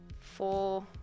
four